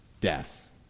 death